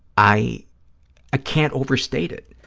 i i can't overstate it.